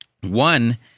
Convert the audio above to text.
One